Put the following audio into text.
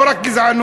לא רק גזענות.